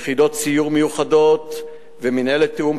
יחידות סיור מיוחדות ומינהלת תיאום,